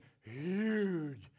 huge